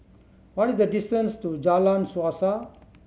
what is the distance to Jalan Suasa